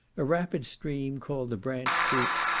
a rapid stream, called the branch creek,